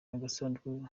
agasanduku